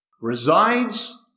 resides